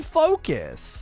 focus